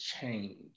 change